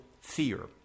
fear